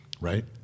right